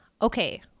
Okay